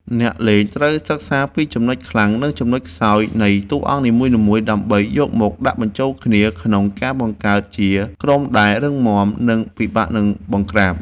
អ្នកលេងត្រូវសិក្សាពីចំណុចខ្លាំងនិងចំណុចខ្សោយនៃតួអង្គនីមួយៗដើម្បីយកមកដាក់បញ្ចូលគ្នាក្នុងការបង្កើតជាក្រុមដែលរឹងមាំនិងពិបាកនឹងបង្ក្រាប។